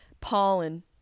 pollen